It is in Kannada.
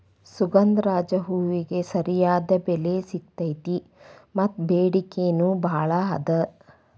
ಸುಗಂಧರಾಜ ಹೂವಿಗೆ ಸರಿಯಾದ ಬೆಲೆ ಸಿಗತೈತಿ ಮತ್ತ ಬೆಡಿಕೆ ನೂ ಬಾಳ ಅದ